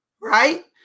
right